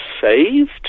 saved